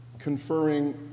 conferring